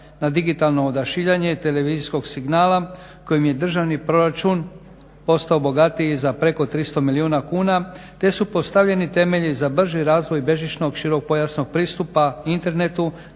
na digitalno odašiljanje televizijskog signala kojem je državni proračun postao bogatiji za preko 300 milijuna kuna te su postavljeni temelji za brži razvoj bežičnog široko pojasnog pristupa internetu